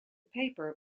paper